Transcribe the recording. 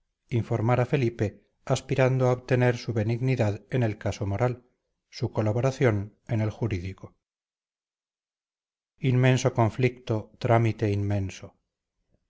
informar a felipe aspirando a obtener su benignidad en el caso moral su colaboración en el jurídico inmenso conflicto trámite inmenso